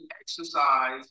exercise